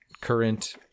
current